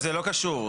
זה לא קשור.